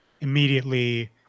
immediately